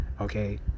okay